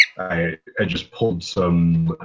i just pulled some